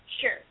Sure